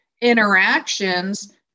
interactions